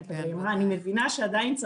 אלא כי היא מצטיינת.